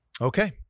Okay